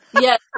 Yes